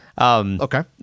Okay